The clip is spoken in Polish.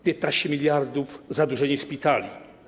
15 mld - zadłużenie szpitali.